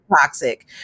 toxic